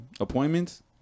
appointments